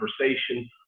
conversation